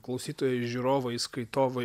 klausytojai žiūrovai skaitovai